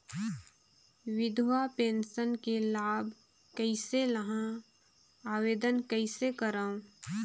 विधवा पेंशन के लाभ कइसे लहां? आवेदन कइसे करव?